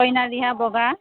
কইনাৰ ৰিহা বগা